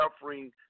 suffering